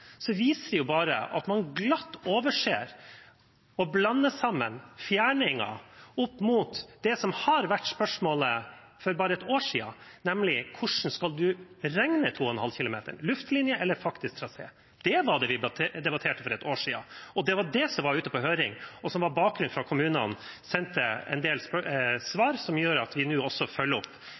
viser det bare at man glatt overser og blander sammen fjerningen opp mot det som var spørsmålet for bare et år siden, nemlig hvordan man skal regne 2,5 km – luftlinje eller faktisk trasé. Det var det vi debatterte for et år siden, og det var det som var ute på høring, og som var bakgrunnen for at kommunene sendte en del svar som gjør at vi nå følger opp